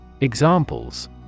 Examples